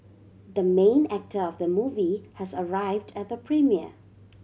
the main actor of the movie has arrived at the premiere